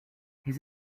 his